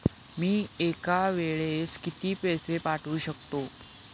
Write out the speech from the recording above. मी एका वेळेस किती पैसे पाठवू शकतो?